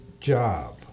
job